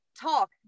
talk